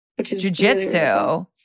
Jujitsu